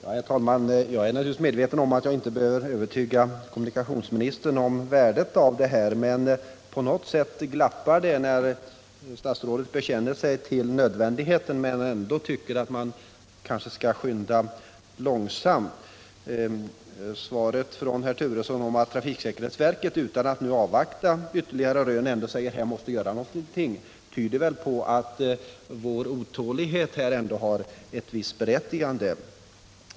Herr talman! Jag är naturligtvis medveten om att jag inte behöver övertyga kommunikationsministern om värdet av det här, men på något sätt glappar det när statsrådet bekänner sig till nödvändigheten men ändå tycker att man skall skynda långsamt. Svaret från herr Turesson om att trafiksäkerhetsverket utan att nu avvakta ytterligare rön ändå säger att någonting måste göras tyder väl på att vår otålighet har ett visst berättigande.